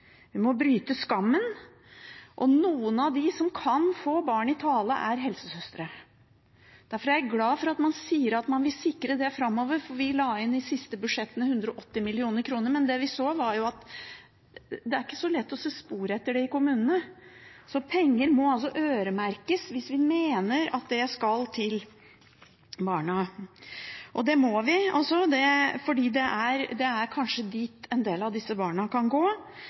må bryte skammen, og noen av dem som kan få barn i tale, er helsesøstre. Derfor er jeg glad for at man sier at man vil sikre det framover, for vi la inn 180 mill. kr i våre siste budsjetter, men det som vi så, var at det ikke var så lett å se spor etter disse pengene i kommunene. Derfor må penger øremerkes hvis vi mener at de skal til barna. Det må vi gjøre, for det er kanskje dit en del av disse barna kan gå